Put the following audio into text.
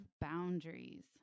boundaries